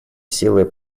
силой